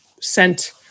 sent